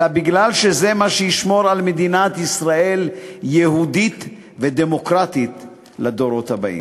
אלא כי זה מה שישמור על מדינת ישראל יהודית ודמוקרטית לדורות הבאים.